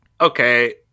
Okay